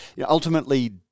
ultimately